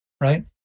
Right